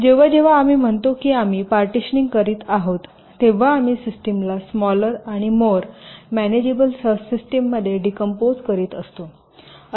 जेव्हा जेव्हा आम्ही म्हणतो की आम्ही पार्टीशनिंग करीत आहोत तेव्हा आम्ही सिस्टमला स्मालर आणि मोर मॅनेजेबल सबसिस्टिममध्ये डिकंपोज करीत असतो